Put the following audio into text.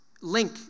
link